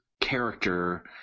character